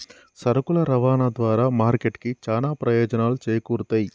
సరుకుల రవాణా ద్వారా మార్కెట్ కి చానా ప్రయోజనాలు చేకూరుతయ్